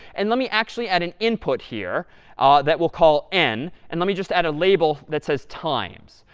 and let me actually add an input here ah that we'll call n. and let me just add a label that says times.